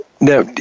Now